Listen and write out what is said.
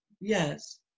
Yes